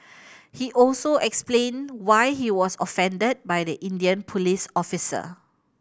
he also explained why he was offended by the Indian police officer